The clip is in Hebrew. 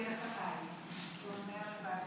כי הוא מנהל ועדה.